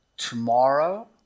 Tomorrow